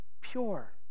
Pure